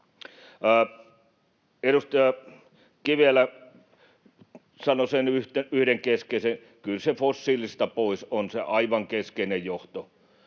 Edustaja Kivelä sanoi yhden keskeisen asian. Kyllä se ”fossiilisista pois” on se aivan keskeinen johtoajatus.